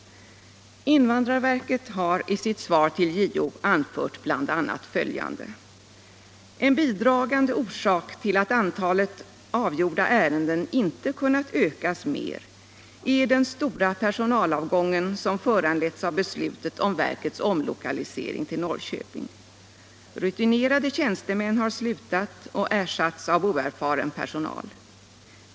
Invandrarverket har i sitt svar till JO anfört bl.a. följande: ”En bidragande orsak till att antalet avgjorda ärenden inte kunnat ökas mer är den stora personalavgången som föranletts av beslutet om verkets omlokalisering till Norrköping. Rutinerade tjänstemän har slutat och ersatts av oerfaren personal.